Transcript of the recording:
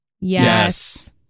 Yes